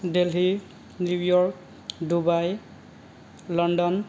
Delhi New York Dubai London